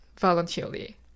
voluntarily